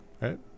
right